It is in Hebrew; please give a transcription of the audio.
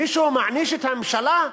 מישהו מעניש את הממשלה?